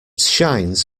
shines